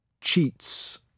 cheats